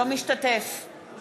אינו משתתף בהצבעה